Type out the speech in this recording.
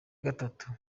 gatatu